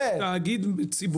התאגיד הוא תאגיד ציבורי ישראלי מלא.